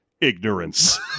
ignorance